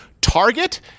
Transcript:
Target